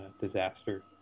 disaster